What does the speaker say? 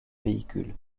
véhicules